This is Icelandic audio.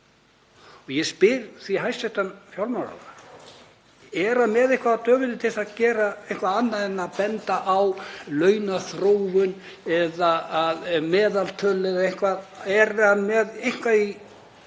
Ég spyr því hæstv. fjármálaráðherra: Er hann með eitthvað á döfinni til að gera eitthvað annað en að benda á launaþróun eða meðaltöl eða eitthvað?